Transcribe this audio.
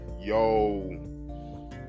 yo